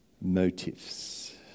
motifs